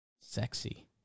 Sexy